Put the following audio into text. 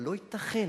אבל לא ייתכן